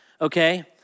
okay